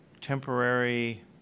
temporary